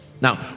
now